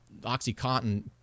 OxyContin